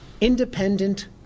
independent